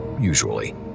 usually